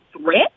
threat